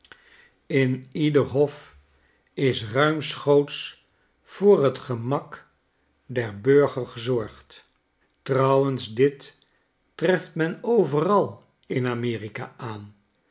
in ieder hof is ruimschoots voor t gemak der burgers gezorgd trouwens dit treft men overal in a merika aan